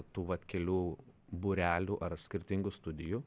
tų vat kelių būrelių ar skirtingų studijų